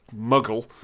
muggle